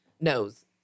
knows